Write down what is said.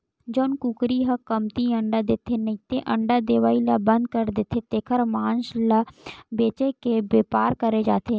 जउन कुकरी ह कमती अंडा देथे नइते अंडा देवई ल बंद कर देथे तेखर मांस ल बेचे के बेपार करे जाथे